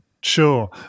Sure